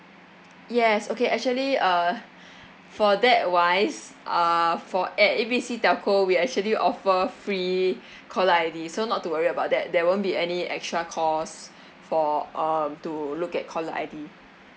yes okay actually uh for that wise uh for at A B C telco we actually offer free caller I_D so not to worry about that there won't be any extra cost for um to look at caller I_D